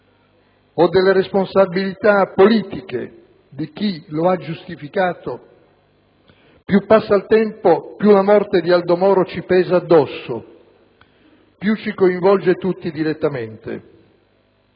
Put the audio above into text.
o delle responsabilità politiche di chi lo ha giustificato, più passa il tempo, più la morte di Aldo Moro ci pesa addosso e ci coinvolge tutti direttamente.